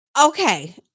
Okay